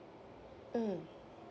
mm